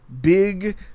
big